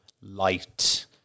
light